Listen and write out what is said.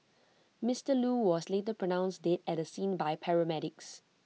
Mister Loo was later pronounced dead at the scene by paramedics